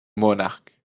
monarch